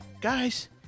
Guys